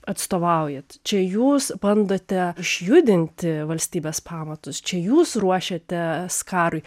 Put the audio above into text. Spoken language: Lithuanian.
atstovaujat čia jūs bandote išjudinti valstybės pamatus čia jūs ruošiatės karui